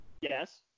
Yes